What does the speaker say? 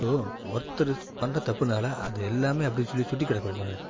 இப்போ ஒருத்தர் பண்ணுற தப்புனால அதை எல்லாமே அப்படியே சொல்லி சுட்டி கடக்க கூடாது